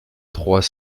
trois